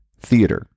theater